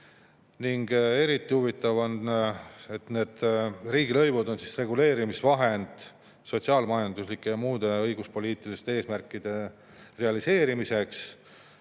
Eriti huvitav on see, et riigilõivud on reguleerimisvahend sotsiaal-majanduslike ja muude õiguspoliitiliste eesmärkide realiseerimiseks,